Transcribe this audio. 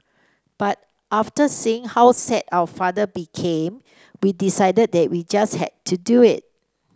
but after seeing how sad our father became we decided that we just had to do it